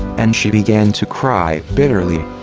and she began to cry, bitterly.